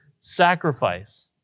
sacrifice